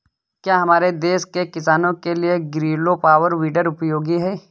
क्या हमारे देश के किसानों के लिए ग्रीलो पावर वीडर उपयोगी है?